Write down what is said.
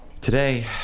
today